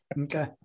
Okay